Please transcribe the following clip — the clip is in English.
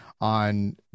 on